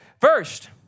First